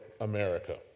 America